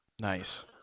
Nice